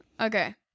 Okay